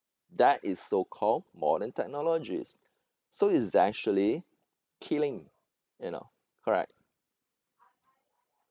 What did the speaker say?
that is so called modern technologies so it's actually killing you know correct